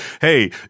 hey